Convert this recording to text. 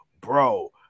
Bro